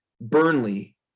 Burnley